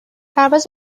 پرواز